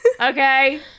Okay